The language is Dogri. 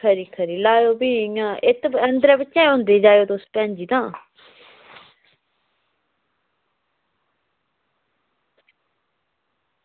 खरी खरी भी लायो भी इंया गै इक्क अंदरें गै होंदी गल्ल तुस भैन जी तां